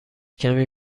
کمی